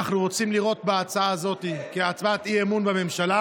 אנחנו רוצים לראות בהצבעה הזאת הצבעת אי-אמון בממשלה,